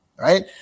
Right